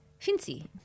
Fincy